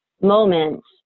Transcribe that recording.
moments